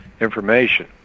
information